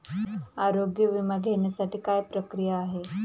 आरोग्य विमा घेण्यासाठी काय प्रक्रिया आहे?